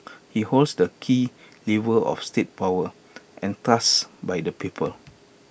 he holds the key levers of state power entrusted by the people